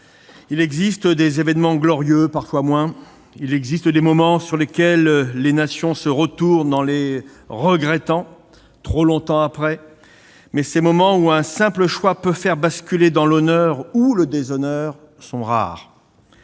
Il existe des événements glorieux, et d'autres qui parfois le sont moins. Il existe des moments sur lesquels les nations se retournent avec regret, trop longtemps après. Mais les moments où un simple choix peut faire basculer dans l'honneur ou le déshonneur sont rares.